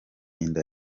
inda